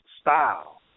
style